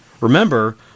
Remember